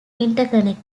interconnect